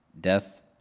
death